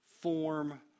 form